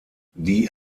die